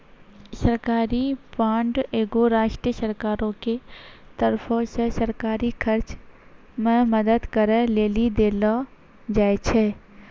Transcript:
सरकारी बांड एगो राष्ट्रीय सरकारो के तरफो से सरकारी खर्च मे मदद करै लेली देलो जाय छै